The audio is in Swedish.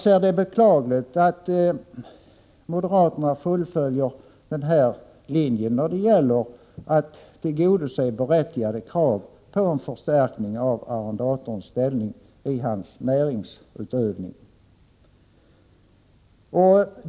Det är beklagligt att moderaterna fullföljer den här linjen när det gäller att tillgodose berättigade krav på en förstärkning av arrendators ställning i hans näringsutövning.